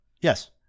Yes